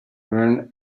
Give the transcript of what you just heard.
earn